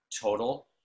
total